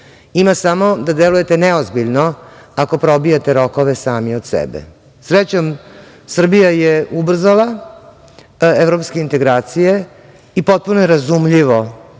Ima samo da delujete neozbiljno ako probijate rokove sami od sebe. Srećom, Srbija je ubrzala evropske integracije i potpuno je razumljivo